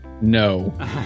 no